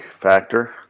factor